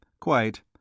quite